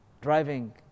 Driving